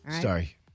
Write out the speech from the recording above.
Sorry